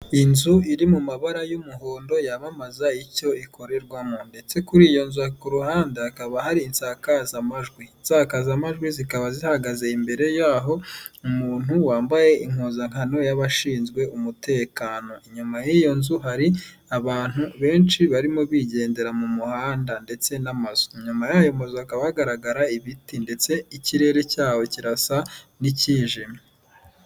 Inzu iri mu mabara y'umuhondo yamamaza icyo ikorerwamo ndetse kuri iyo nzu ku ruhande hakaba hari insakazamajwi zikaba zihagaze imbere y'aho umuntu wambaye impuzankano y'abashinzwe umutekano inyuma y'iyo nzu hari abantu benshi barimo bigendera mu muhanda ndetse n'amazu inyuma yaho hagaragara ibiti ndetse ikirere cyaho kirasa n'icyijimye.